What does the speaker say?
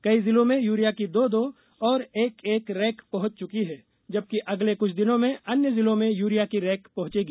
कई जिलों में यूरिया की दो दो और एक एक रैक पहंच चुकी है जबकि अगले कुछ दिनों में अन्य जिलों में यूरिया की रैक पहुंचेगी